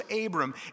Abram